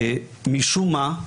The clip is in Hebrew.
משום מה,